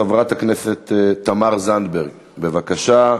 חברת הכנסת תמר זנדברג, בבקשה.